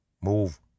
Move